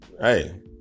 hey